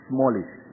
Smallish